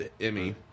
Emmy